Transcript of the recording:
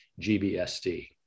GBSD